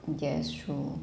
yes true